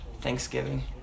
Thanksgiving